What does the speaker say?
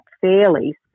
fairly